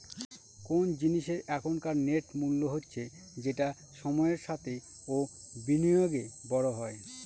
কোন জিনিসের এখনকার নেট মূল্য হচ্ছে যেটা সময়ের সাথে ও বিনিয়োগে বড়ো হয়